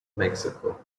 mexico